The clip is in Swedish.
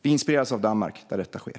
Vi inspireras av Danmark där detta sker.